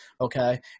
Okay